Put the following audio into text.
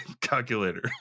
calculator